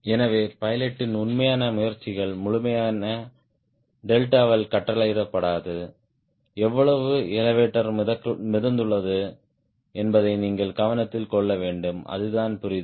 எனவே பைலட்டின் உண்மையான முயற்சிகள் முழுமையான டெல்டாவால் கட்டளையிடப்படாது எவ்வளவு எலெவடோர் மிதந்துள்ளது என்பதை நீங்கள் கவனத்தில் கொள்ள வேண்டும் அதுதான் புரிதல்